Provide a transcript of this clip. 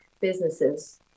businesses